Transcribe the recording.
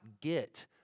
get